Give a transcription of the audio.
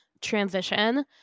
transition